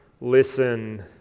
listen